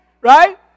right